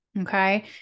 okay